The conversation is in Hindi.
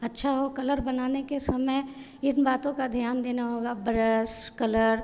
अच्छा हो कलर बनाने के समय इन बातों का ध्यान देना होगा ब्रश कलर